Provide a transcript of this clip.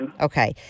Okay